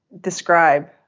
describe